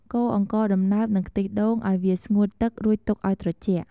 កូរអង្ករដំណើបនិងខ្ទិះដូងឱ្យវាស្ងួតទឹករួចទុកឱ្យត្រជាក់។